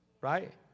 Right